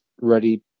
ready